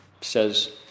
Says